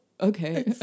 okay